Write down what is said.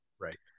Right